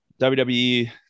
wwe